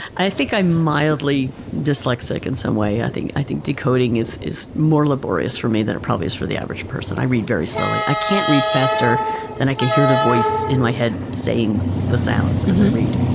i think i'm mildly dyslexic in some way. i think i think decoding is is more laborious for me than it probably is for the average person. i read very slowly. i can't read faster than i can hear the voice in my head saying the sounds and as i read.